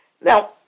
Now